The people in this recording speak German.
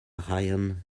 reihen